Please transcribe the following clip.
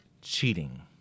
cheating